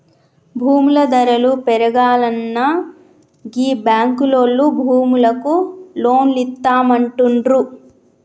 భూముల ధరలు పెరుగాల్ననా గీ బాంకులోల్లు భూములకు లోన్లిత్తమంటుండ్రు